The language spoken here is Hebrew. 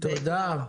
תודה רבה.